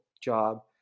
job